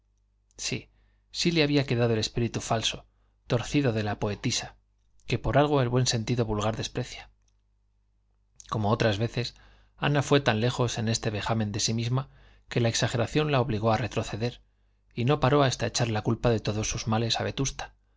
sí sí le había quedado el espíritu falso torcido de la poetisa que por algo el buen sentido vulgar desprecia como otras veces ana fue tan lejos en este vejamen de sí misma que la exageración la obligó a retroceder y no paró hasta echar la culpa de todos sus males a vetusta